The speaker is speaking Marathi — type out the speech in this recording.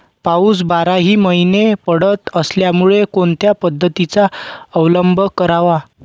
पाऊस बाराही महिने पडत असल्यामुळे कोणत्या पद्धतीचा अवलंब करावा?